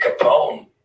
Capone